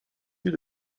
lieu